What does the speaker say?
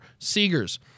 Seegers